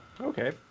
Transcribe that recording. okay